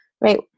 right